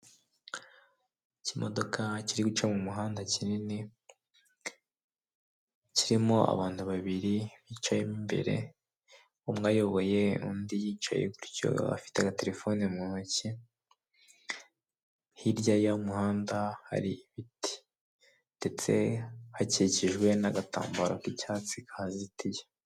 Cy'imodoka kiri guca mu muhanda kinini, kirimo abantu babiri bicayemo imbere, umwe ayoboye undi yicaye gutyo afite agaterefone mu ntoki, hirya y'umuhanda hari ibiti, ndetse hakikijwe n'agatambaro k'icyatsi kahazitiye.